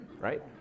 right